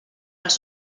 els